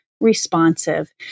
responsive